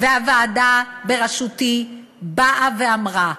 והוועדה בראשותי באה ואמרה: